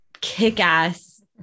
kick-ass